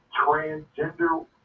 Transgender